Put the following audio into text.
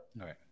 Right